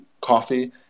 coffee